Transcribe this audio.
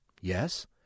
Yes